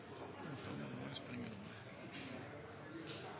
er oppløftende. Men